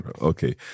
Okay